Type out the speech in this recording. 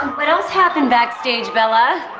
what else happened backstage, bella?